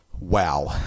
Wow